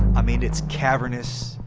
i mean, it's cavernous.